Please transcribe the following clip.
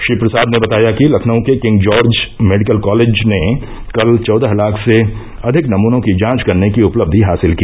श्री प्रसाद ने बताया कि लखनऊ के किंग जॉर्ज मेडिकल कॉलेज ने कल चौदह लाख से अधिक नमूनों की जांच करने की उपलब्धि हासिल की